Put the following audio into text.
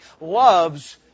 loves